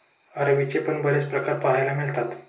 अरवीचे पण बरेच प्रकार पाहायला मिळतात